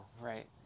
right